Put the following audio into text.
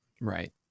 Right